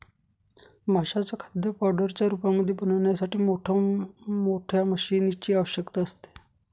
माशांचं खाद्य पावडरच्या रूपामध्ये बनवण्यासाठी मोठ मोठ्या मशीनीं ची आवश्यकता असते